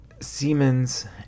Siemens